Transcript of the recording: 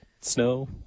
snow